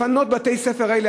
לפנות את בתי-הספר האלה,